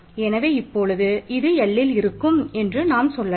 எனவே இப்பொழுது இது Lல் இருக்கும் என்று நாம் சொல்லலாம்